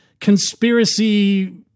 conspiracy